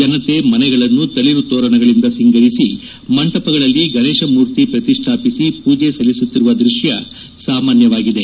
ಜನತೆ ಮನೆಗಳನ್ನು ತಳಿರು ತೋರಣಗಳಿಂದ ಸಿಂಗರಿಸಿ ಮಂಟಪಗಳಲ್ಲಿ ಗಣೇಶ ಮೂರ್ತಿ ಪ್ರತಿಷ್ಠಾಪಿಸಿ ಪೂಜೆ ಸಲ್ಲಿಸುತ್ತಿರುವ ದೃಶ್ಯ ಸಾಮಾನ್ಯವಾಗಿತ್ತು